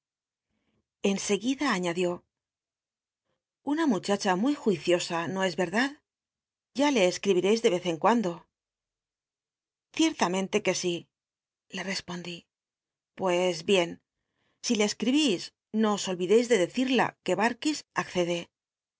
d ul una muchacha mu y jnicio a no es y ya le escl'ibircis de rez en cuando ciertamente que si le respondí pues bien si le esel'i bb no os olridcis de decida c uc bmliis accctle que barkis accede